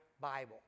Bible